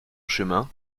chemin